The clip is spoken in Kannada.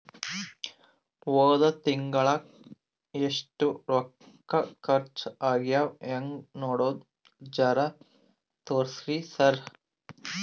ಹೊದ ತಿಂಗಳ ಎಷ್ಟ ರೊಕ್ಕ ಖರ್ಚಾ ಆಗ್ಯಾವ ಹೆಂಗ ನೋಡದು ಜರಾ ತೋರ್ಸಿ ಸರಾ?